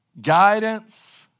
guidance